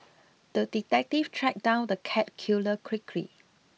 the detective tracked down the cat killer quickly